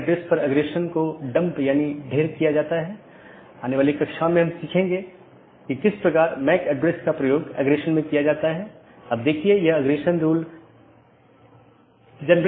यदि इस संबंध को बनाने के दौरान AS में बड़ी संख्या में स्पीकर हैं और यदि यह गतिशील है तो इन कनेक्शनों को बनाना और तोड़ना एक बड़ी चुनौती है